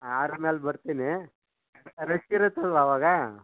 ಆರು ಮೇಲೆ ಬರ್ತೀನಿ ರಶ್ ಇರುತ್ತಲ್ವ ಅವಾಗ